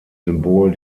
symbol